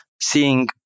seeing